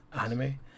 anime